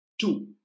Two